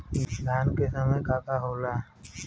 धान के समय का का होला?